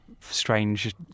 strange